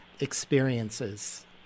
experiences